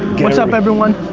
what's up everyone?